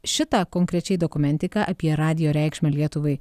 šitą konkrečiai dokumentiką apie radijo reikšmę lietuvai